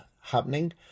happening